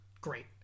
great